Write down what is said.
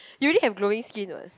you already have glowing skin [what]